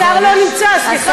השר לא נמצא, סליחה.